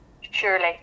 surely